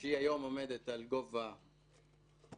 שהיא היום עומדת על גובה מכובד,